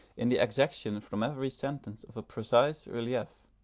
in the exaction from every sentence of a precise relief,